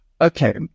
okay